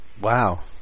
Wow